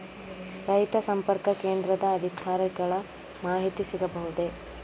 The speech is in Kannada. ರೈತ ಸಂಪರ್ಕ ಕೇಂದ್ರದ ಅಧಿಕಾರಿಗಳ ಮಾಹಿತಿ ಸಿಗಬಹುದೇ?